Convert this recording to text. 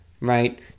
right